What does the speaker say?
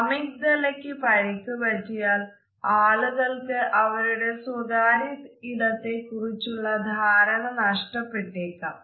അമിഗ്ദലക്ക് പരിക്ക് പറ്റിയാൽ ആളുകൾക്കു അവരുടെ സ്വകാര്യ ഇടത്തെ കുറിച്ചുള്ള ധാരണ നഷ്ടപ്പെട്ടേക്കാം